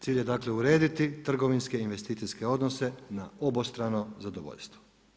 Cilj je dakle urediti trgovinske investicijske odnose na obostrano zadovoljstvo.